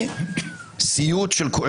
נשיא בית המשפט